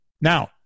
Now